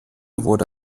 wurde